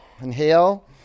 inhale